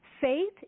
Faith